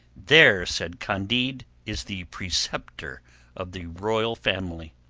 there, said candide, is the preceptor of the royal family.